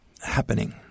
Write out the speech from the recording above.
happening